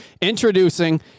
introducing